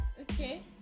okay